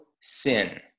sin